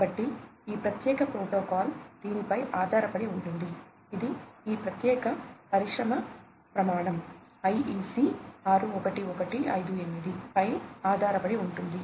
కాబట్టి ఈ ప్రత్యేక ప్రోటోకాల్ దీనిపై ఆధారపడి ఉంటుంది ఇది ఈ ప్రత్యేక పరిశ్రమ ప్రమాణం IEC 61158 పై ఆధారపడి ఉంటుంది